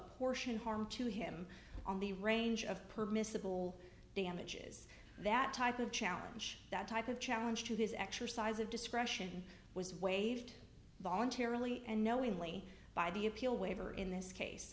apportion harm to him on the range of permissible damages that type of challenge that type of challenge to his exercise of discretion was waived voluntarily and knowingly by the appeal waiver in this case